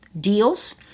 deals